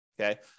Okay